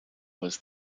was